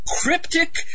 cryptic